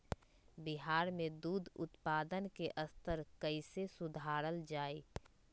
बिहार में दूध उत्पादन के स्तर कइसे सुधारल जाय